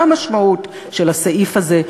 מה המשמעות של הסעיף הזה,